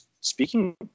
speaking